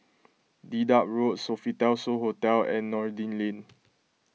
Dedap Road Sofitel So Hotel and Noordin Lane